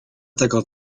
tego